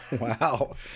Wow